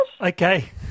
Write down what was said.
Okay